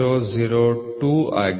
002 ಆಗಿದೆ